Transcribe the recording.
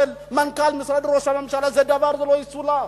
מנכ"ל משרד ראש הממשלה זה דבר שלא יסולח.